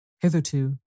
hitherto